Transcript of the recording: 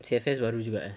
C_F_S baru juga ah